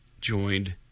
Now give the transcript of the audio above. joined